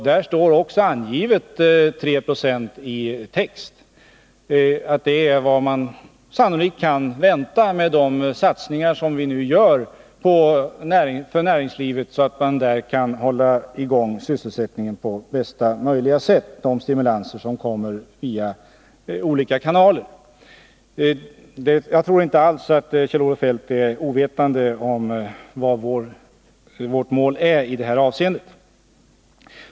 Där står också 3 96 angivet i texten. Det är vad vi sannolikt kan vänta oss med de satsningar som vi nu gör för näringslivet — de stimulanser som kommer via olika kanaler — så att man där kan hålla i gång sysselsättningen på bästa möjliga sätt. Jag tror inte alls att Kjell-Olof Feldt är ovetande om vad vårt mål är i det här avseendet.